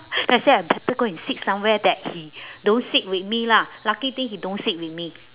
then I say I better go and sit somewhere that he don't sit with me lah lucky thing he don't sit with me